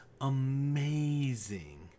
amazing